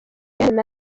julienne